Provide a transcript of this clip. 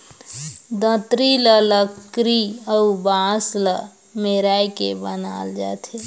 दँतरी ल लकरी अउ बांस ल मेराए के बनाल जाथे